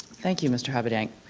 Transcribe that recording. thank you, mr. habedank.